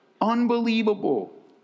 Unbelievable